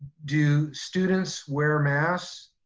do students wear masks?